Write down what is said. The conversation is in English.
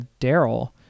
Daryl